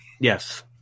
Yes